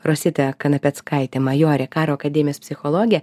rosita kanapeckaite majore karo akademijos psichologe